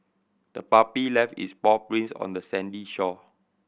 the puppy left its paw prints on the sandy shore